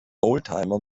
oldtimer